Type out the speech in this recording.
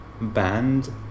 band